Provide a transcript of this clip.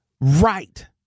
Right